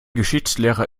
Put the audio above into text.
geschichtslehrer